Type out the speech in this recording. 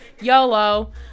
YOLO